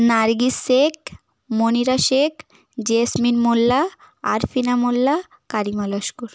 Nargis Sheikh Monira Sheikh Jesmin Molla Arfina Molla Karima Laskar